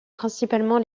principalement